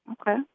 Okay